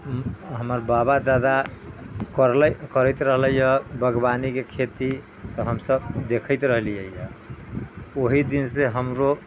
हमर बाबा दादा कहले करैत रहले है बागवानी के खेती तऽ हमसब देखैत रहलियै यऽ ओहि दिन से हमरो